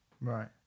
right